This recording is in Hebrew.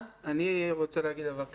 אני רוצה לומר דבר כזה.